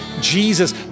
Jesus